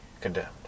condemned